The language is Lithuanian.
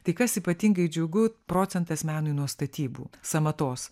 tai kas ypatingai džiugu procentas menui nuo statybų sąmatos